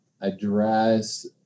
address